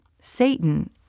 Satan